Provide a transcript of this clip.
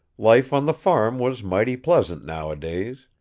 life on the farm was mighty pleasant, nowadays.